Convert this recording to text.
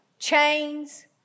chains